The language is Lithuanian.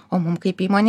o mum kaip įmonei